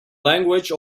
language